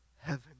heaven